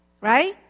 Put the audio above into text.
right